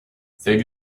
save